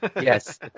Yes